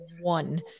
one